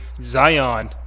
Zion